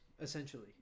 essentially